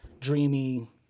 dreamy